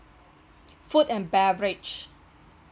food and beverage